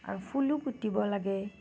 আৰু ফুলো পুতিব লাগে